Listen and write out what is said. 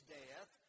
death